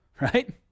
right